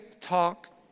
talk